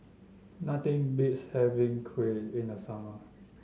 nothing beats having Kuih in the summer